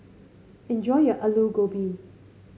enjoy your Aloo Gobi